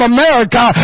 America